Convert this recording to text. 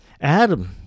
Adam